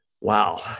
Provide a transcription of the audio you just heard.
wow